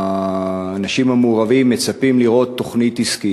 האנשים המעורבים מצפים לראות תוכנית עסקית.